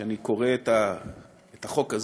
שאני קורא את החוק הזה,